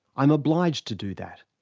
i'm obliged to do that.